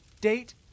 date